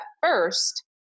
first